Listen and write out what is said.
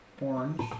orange